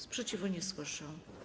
Sprzeciwu nie słyszę.